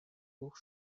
двух